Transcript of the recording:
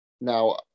Now